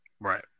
Right